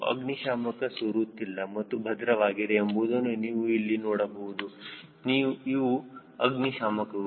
ಅಗ್ನಿಶಾಮಕಗಳು ಸೊರುತ್ತಿಲ್ಲ ಮತ್ತು ಭದ್ರವಾಗಿವೆ ಎಂಬುದನ್ನು ನೀವು ಇಲ್ಲಿ ನೋಡಬಹುದು ನೀವು ಅಗ್ನಿಶಾಮಕಗಳು